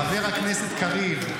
חבר הכנסת קריב,